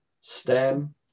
STEM